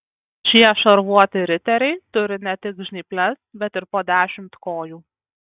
šie šarvuoti riteriai turi ne tik žnyples bet ir po dešimt kojų